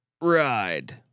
ride